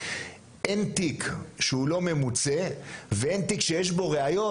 אין תיק שהוא לא ממוצה ואין תיק שיש בו ראיות